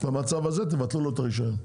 במצב הזה תבטלו לו את הרישיון.